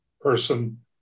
person